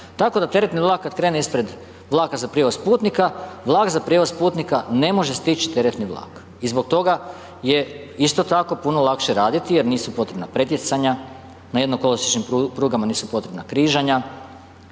tako da teretni vlak kad krene ispred vlaka za prijevoz putnika, vlak za prijevoz putnika ne može stići teretni vlak i zbog toga je isto tako, puno lakše raditi jer nisu potrebna pretjecanja, na jednokolosječnim prugama nisu potrebna križanja,